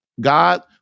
God